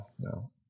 No